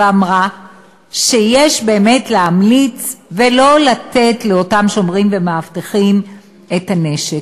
ואמרה שיש להמליץ שלא לתת לאותם שומרים ומאבטחים את הנשק.